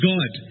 God